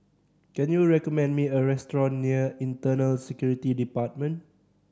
can you recommend me a restaurant near Internal Security Department